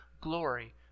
glory